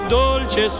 dolce